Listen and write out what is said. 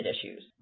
issues